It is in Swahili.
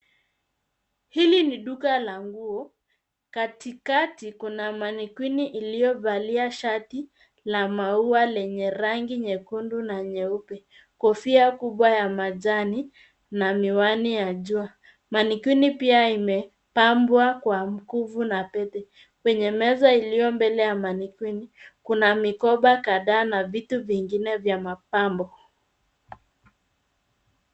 Hili ni duka la nguo. Katikati kuna manikwini iliyovalia shati la maua lenye rangi nyekundu na nyeupe, kofia kubwa ya majani na miwani ya jua. Manikwini pia imepambwa kwa mkufu na pete. Kwenye meza iliyo mbele ya manikwini kuna mikoba kadhaa na vitu vingine vya mapambo.